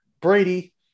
Brady